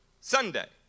Sunday